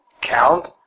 count